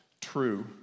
true